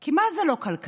כי מה זה לא כלכלי?